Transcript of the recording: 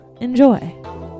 Enjoy